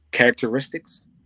characteristics